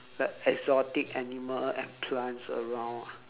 the exotic animal and plants around ah